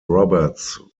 roberts